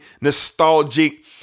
nostalgic